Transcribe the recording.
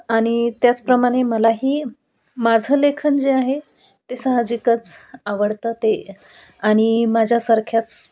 आणि त्याचप्रमाणे मलाही माझं लेखन जे आहे ते साहजिकच आवडतं ते आणि माझ्यासारख्याच